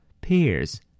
pears